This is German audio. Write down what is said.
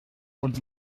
und